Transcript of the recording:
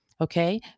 Okay